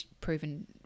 proven